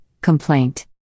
complaint